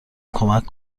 کمک